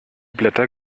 blätter